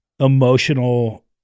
emotional